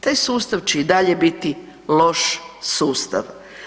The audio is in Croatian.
Taj sustav će i dalje biti loš sustav.